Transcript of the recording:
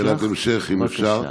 שאלת המשך, בבקשה.